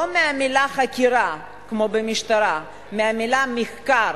לא מהמלה "חקירה" כמו במשטרה, מהמלה "מחקר",